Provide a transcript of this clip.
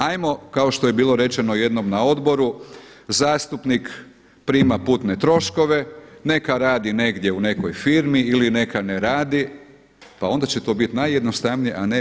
Ajmo kao što je bilo rečeno jednom na odboru zastupnik prima putne troškove neka radi negdje u nekoj firmi ili neka ne radi pa onda će to biti najjednostavnije, a ne.